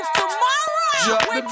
tomorrow